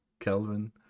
Kelvin